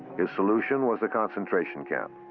his solution was the concentration camp.